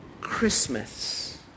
Christmas